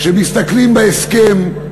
כשמסתכלים בהסכם,